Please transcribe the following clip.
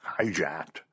hijacked